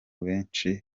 benshi